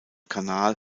kanal